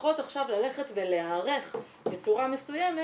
שצריכות עכשיו ללכת ולהיערך בצורה מסוימת